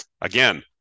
Again